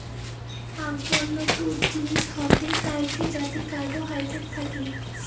আক বন্য তুক জিনিস হসে কাইটিন যাতি কার্বোহাইড্রেট থাকি